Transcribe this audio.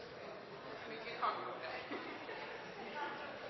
Det er godt